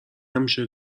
همیشه